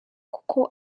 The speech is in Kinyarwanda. kuko